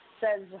says